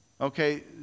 Okay